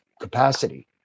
capacity